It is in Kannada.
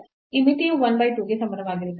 ಈ ಮಿತಿಯು 1 ಬೈ 2 ಗೆ ಸಮಾನವಾಗಿರುತ್ತದೆ